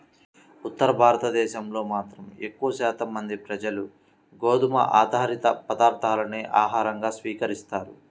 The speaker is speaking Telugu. ఉత్తర భారతదేశంలో మాత్రం ఎక్కువ శాతం మంది ప్రజలు గోధుమ ఆధారిత పదార్ధాలనే ఆహారంగా స్వీకరిస్తారు